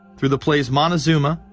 through the plays montezuma,